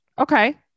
okay